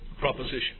Proposition